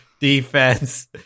defense